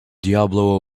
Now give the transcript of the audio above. diabo